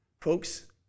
Folks